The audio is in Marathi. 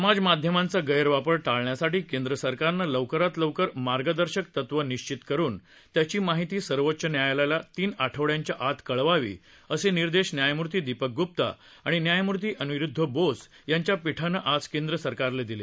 समाज माध्यमांचा गैरवापर टाळण्यासाठी केंद्र सरकारनं लवकरात लवकर मार्गदर्शक तत्व निश्चित करून त्याची माहिती सर्वोच्च न्यायालयाला तीन आठवड्यांच्या आत कळवावी असे निर्देश न्यायमूर्ती दीपक ग्प्ता आणि न्यायमूर्ती अनिरुद्ध बोस यांच्या पीठानं आज केंद्र सरकारला दिले